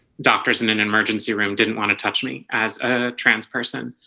doctors in an emergency room didn't want to touch me as a trans person